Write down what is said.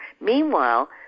Meanwhile